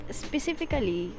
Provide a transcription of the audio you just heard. specifically